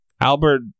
Albert